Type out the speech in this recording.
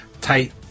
tight